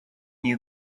new